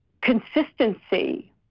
consistency